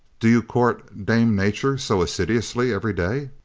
do you court dame nature so assiduously every day,